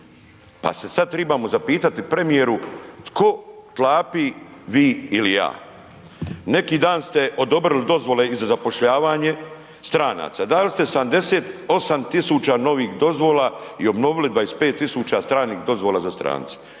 Pa se sad trebamo zapitati premijer, tko klapi, vi ili ja? Neki dan ste odobrili dozvole za zapošljavanje stranaca. Dali ste 78 tisuća novih dozvola i obnovili 25 tisuća stranih dozvola za strance.